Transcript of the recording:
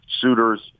suitors